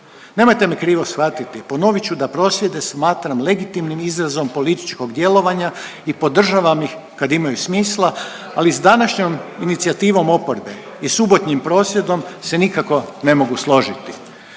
Nemojte me krivo shvatiti, ponovit ću da prosvjede smatram legitimnim izrazom političkog djelovanja i podržavam ih kad imaju smisla, ali sa današnjom inicijativom oporbe i subotnjim prosvjedom se nikako ne mogu složiti.